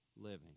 living